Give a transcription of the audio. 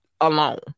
alone